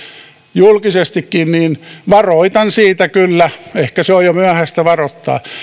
julkisestikin niin varoitan siitä kyllä ehkä se on jo myöhäistä varoittaa